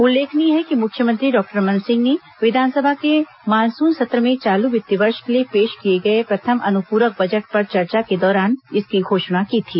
उल्लेखनीय है कि मुख्यमंत्रो डॉक्टर रमन सिंह ने विधानसभा के मानसून सत्र में चालू वित्तीय वर्ष के लिए पेश किए गए प्रथम अनुप्रक बजट पर चर्चा के दौरान इसकी घोषणा की थी